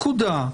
פקודה,